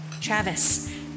Travis